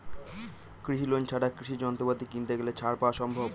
কৃষি লোন ছাড়া কৃষি যন্ত্রপাতি কিনতে গেলে ছাড় পাওয়া সম্ভব?